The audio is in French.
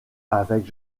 avec